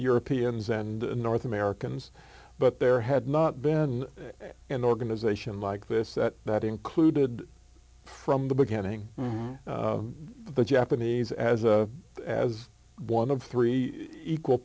europeans and north americans but there had not been an organization like this that that included from the beginning the japanese as a as one of three equal